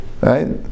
Right